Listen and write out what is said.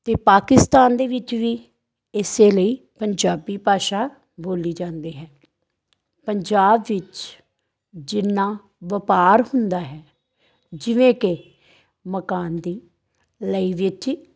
ਅਤੇ ਪਾਕਿਸਤਾਨ ਦੇ ਵਿੱਚ ਵੀ ਇਸ ਲਈ ਪੰਜਾਬੀ ਭਾਸ਼ਾ ਬੋਲੀ ਜਾਂਦੀ ਹੈ ਪੰਜਾਬ ਵਿੱਚ ਜਿੰਨਾ ਵਪਾਰ ਹੁੰਦਾ ਹੈ ਜਿਵੇਂ ਕਿ ਮਕਾਨ ਦੀ